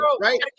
right